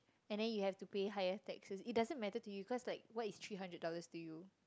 and then you have to pay higher tax it doesn't matter to you cause like what is three hundred dollars to you